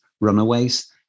runaways